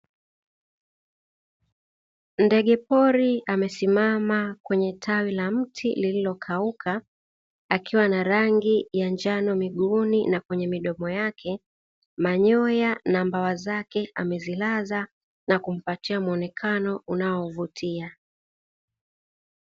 Ndege pori amesimama kwenye tawi la mti lililokauka akiwa na rangi ya njano miguuni na kwenye midomo yake, manyoya na mbawa zake amezilaza na kumpatia mwonekano unaovutia.